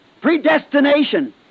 Predestination